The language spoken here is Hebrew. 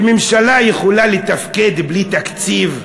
שממשלה יכולה לתפקד בלי תקציב,